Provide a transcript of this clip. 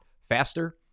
faster